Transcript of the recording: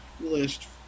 list